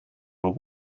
while